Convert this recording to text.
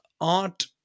art